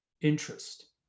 interest